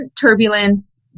turbulence